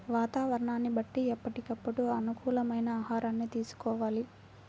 వాతావరణాన్ని బట్టి ఎప్పటికప్పుడు అనుకూలమైన ఆహారాన్ని తీసుకోవాలి